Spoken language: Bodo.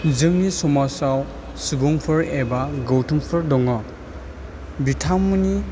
जोंनि समाजाव सुबुंफोर एबा गौथुमफोर दङ बिथांमोननि